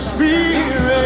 Spirit